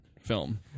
film